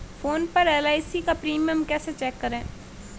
Phone पर LIC का premium कैसे चेक करें?